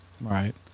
Right